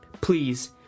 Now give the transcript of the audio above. Please